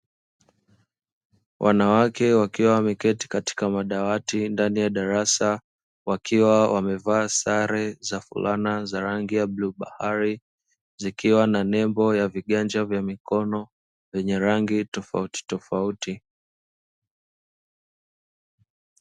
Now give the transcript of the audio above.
Wanawake wakiwa wameketi katika madawati ndani ya darasa, wakiwa wamevaa sare za fulana za bluu bahari, zikiwa na nembo za viganja vya mikono vyenye rangi tofautitofauti